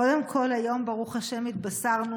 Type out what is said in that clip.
קודם כול, היום ברוך השם התבשרנו